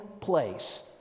place